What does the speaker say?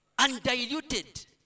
undiluted